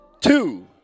two